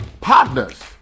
Partners